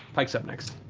pike's up next.